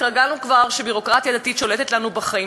התרגלנו כבר שביורוקרטיה דתית שולטת לנו בחיים,